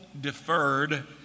deferred